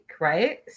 right